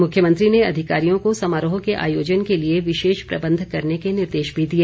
मुख्यमंत्री ने अधिकारियों को समारोह के आयोजन के लिए विशेष प्रबंध करने के निर्देश भी दिए